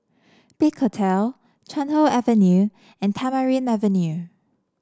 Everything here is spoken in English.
Big Hotel Chuan Hoe Avenue and Tamarind Avenue